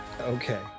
Okay